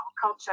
culture